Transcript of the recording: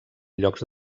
llocs